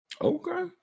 Okay